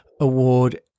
award